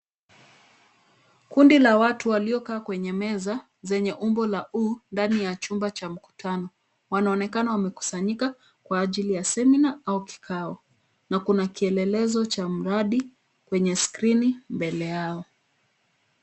Kundi la watu waliokaa kwenye meza zenye umbo la U ndani ya chumba cha mkutano. Wanaonekana wamekusanyika kwa ajili ya seminar au kikao na kuna kielelezo cha mradi kwenye skrini mbele yao.